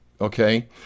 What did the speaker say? okay